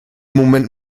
moment